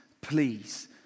please